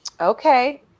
Okay